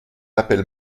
appelle